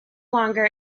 longer